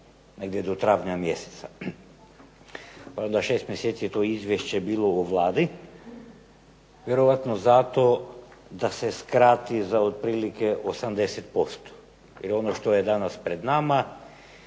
negdje do travnja mjeseca. Pa je onda 6 mjeseci to izvješće bilo u Vladi, vjerojatno zato da se skrati za otprilike 80%. Jer ono što je danas pred nama